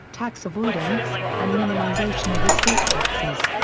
tax avoidance, and minimization of estate taxes.